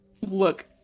look